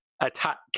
attack